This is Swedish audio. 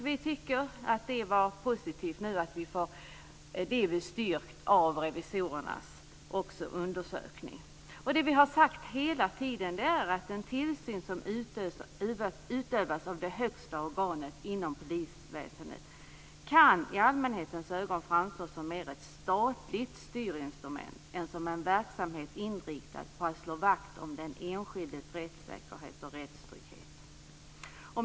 Vi tycker att det är positivt att vi nu får detta bestyrkt av revisorernas undersökning. Det som vi hela tiden har sagt är att den tillsyn som utövas av det högsta organet inom polisväsendet kan i allmänhetens ögon framstå som mer ett statligt styrinstrument än som en verksamhet inriktad på att slå vakt om den enskildes rättssäkerhet och rättstrygghet.